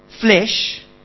flesh